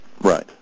Right